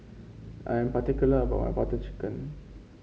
I'm particular about my Butter Chicken